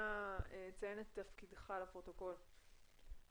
אנא ציין את תפקידך לפרוטוקול.